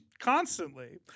Constantly